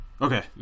Okay